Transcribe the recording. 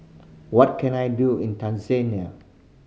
what can I do in Tanzania